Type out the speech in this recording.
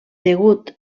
degut